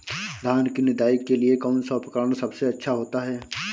धान की निदाई के लिए कौन सा उपकरण सबसे अच्छा होता है?